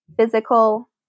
physical